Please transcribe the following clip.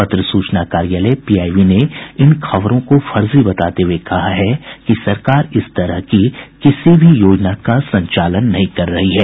पत्र सूचना कार्यालयपीआईबी ने इन खबरों को फर्जी बताते हुए कहा है कि सरकार इस तरह की किसी भी योजना का संचालन नहीं कर रही है